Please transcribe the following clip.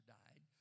died